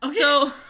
Okay